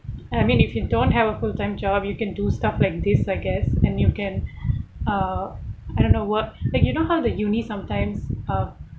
I mean if you don't have a full time job you can do stuff like this I guess and you can uh I don't know work like you know how the uni sometimes uh